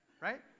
Right